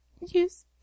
Yes